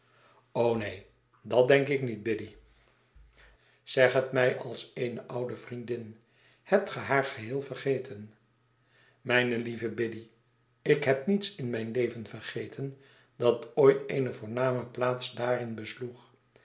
neen dat denk ik niet biddy zeg het mij als eene oude vriendin hebt ge haar geheel vergeten mijne lieve biddy ik heb niets in mijn leven vergeten dat ooit eene voorname plaats daarin besloeg